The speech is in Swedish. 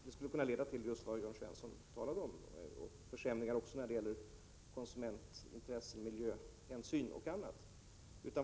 Det skulle kunna leda till just det som Jörn Svensson talade om och även till försämringar när det gäller konsumentintressen, miljöhänsyn och annat.